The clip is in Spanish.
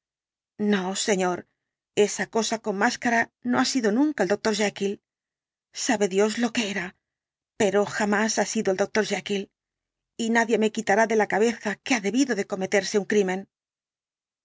no señor esa cosa con máscara no ha sido nunca el doctor jekyll sabe dios lo que era pero jamás ha sido el doctor jekyll y nadie me quitará de la cabeza que ha debido de cometerse un crimen